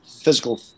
physical